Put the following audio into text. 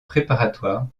préparatoire